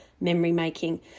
memory-making